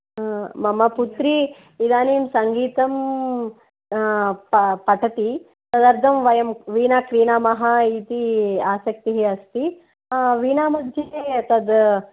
मम पुत्री इदानीं सङ्गीतं प पठति तदर्थं विणां क्रीणामः इति आसक्तिः अस्ति वीणामध्ये तत्